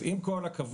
אז עם כל הכבוד,